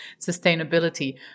sustainability